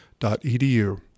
Edu